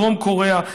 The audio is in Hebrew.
דרום קוריאה,